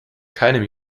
keinem